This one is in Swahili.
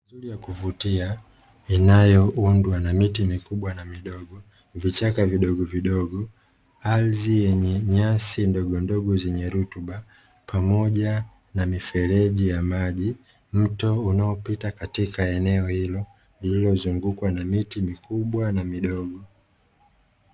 Mandhari ya kuvutia inayoundwa na miti mikubwa na midogo, vichaka vidogo vidogo, ardhi yenye nyasi ndogondogo zenye rutuba pamoja na mifereji ya maji. Mto unaopita katika eneo hilo lilozungukwa na miti mikubwa na midogo.